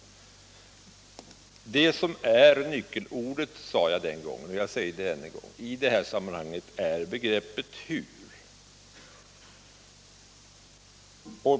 Det som är nyckelordet, sade jag då — och jag säger det ännu en gång —- i detta sammanhang är begreppet hur.